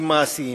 מעשיים.